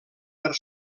per